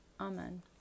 Amen